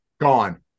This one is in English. gone